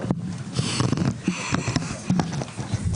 בבקשה.